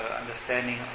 understanding